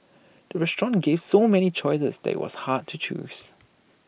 the restaurant gave so many choices that IT was hard to choose